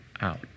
out